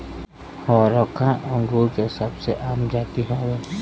हरका अंगूर के सबसे आम जाति हौ